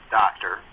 doctor